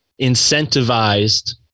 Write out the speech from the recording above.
incentivized